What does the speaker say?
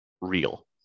real